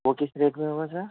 وہ کس ریٹ میں ہوگا سر